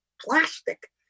plastic